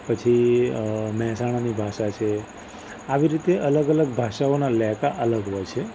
પછી મહેસાણાની ભાષા છે આવી રીતે અલગ અલગ ભાષાઓના લહેકા અલગ હોય છે